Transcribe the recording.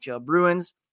Bruins